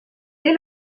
dès